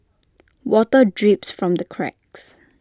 water drips from the cracks